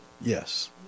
yes